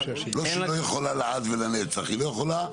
לא שהיא לא יכולה לעד ולנצח, היא לא יכולה.